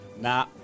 Nah